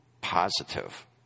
positive